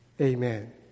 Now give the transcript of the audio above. Amen